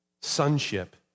Sonship